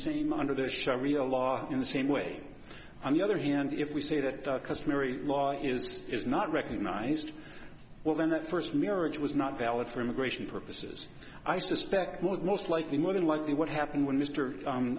same under the sharia law in the same way on the other hand if we say that customary law is is not recognized well then that first marriage was not valid for immigration purposes i suspect would most likely more than likely what happened when mr